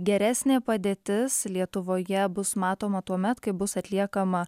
geresnė padėtis lietuvoje bus matoma tuomet kai bus atliekama